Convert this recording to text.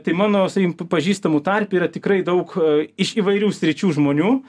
tai mano sakykim tų pažįstamų tarpe yra tikrai daug iš įvairių sričių žmonių